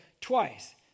twice